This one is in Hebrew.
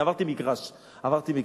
עברתי מגרש,